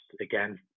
again